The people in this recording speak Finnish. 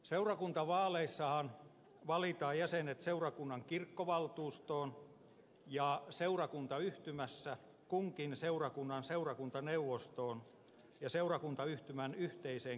seurakuntavaaleissahan valitaan jäsenet seurakunnan kirkkovaltuustoon ja seurakuntayhtymässä kunkin seurakunnan seurakuntaneuvostoon ja seurakuntayhtymän yhteiseen kirkkovaltuustoon